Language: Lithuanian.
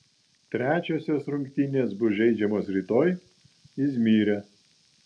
trečiosios rungtynės bus žaidžiamos rytoj izmyre